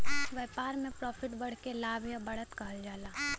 व्यापार में प्रॉफिट बढ़े के लाभ या बढ़त कहल जाला